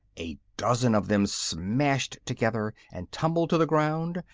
a dozen of them smashed together and tumbled to the ground,